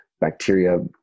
bacteria